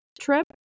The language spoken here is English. trip